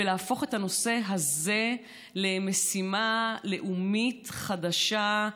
ולהפוך את הנושא הזה למשימה לאומית חדשה,